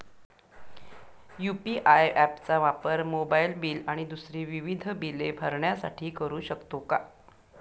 UPI app चा वापर mobile bill आणि दुसरी विविध बिले भरण्यासाठी करू शकतो का?